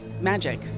magic